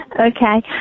Okay